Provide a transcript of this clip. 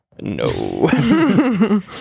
no